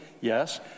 Yes